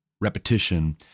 repetition